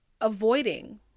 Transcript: avoiding